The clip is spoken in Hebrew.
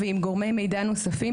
ועם גורמי מידע נוספים.